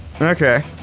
Okay